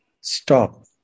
stop